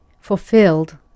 fulfilled